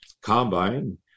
combine